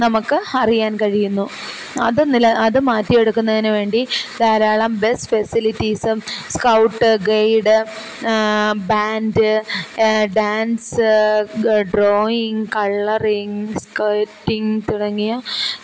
നമുക്ക് അറിയാൻ കഴിയുന്നു അത് എന്നില്ല അത് മാറ്റിയെടുക്കുന്നതിന് വേണ്ടി ധാരാളം ബസ് ഫെസിലിറ്റീസും scout guide band dance drawing colouring skating തുടങ്ങിയ